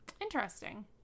Interesting